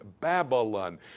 Babylon